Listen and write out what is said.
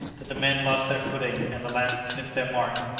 that the men lost their footing and the lances missed their mark.